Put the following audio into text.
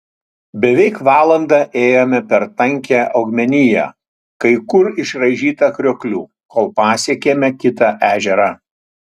beveik valandą ėjome per tankią augmeniją kai kur išraižytą krioklių kol pasiekėme kitą ežerą